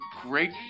great